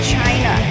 China